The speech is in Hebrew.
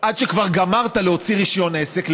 עד שכבר גמרת להוציא רישיון עסק,